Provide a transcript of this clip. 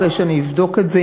אחרי שאני אבדוק את זה,